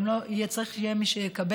גם צריך שיהיה מי שיקבל.